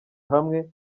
hamwe